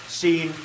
seen